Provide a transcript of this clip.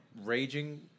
raging